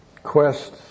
Quest